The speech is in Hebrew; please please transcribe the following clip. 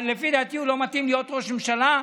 לפי דעתי הוא לא מתאים להיות ראש ממשלה,